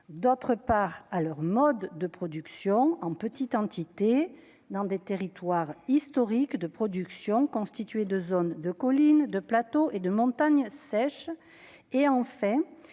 d'autre part à leur mode de production en petites entités dans des territoires historiques de production constituée de zones de collines de plateaux et de montagne sèche et en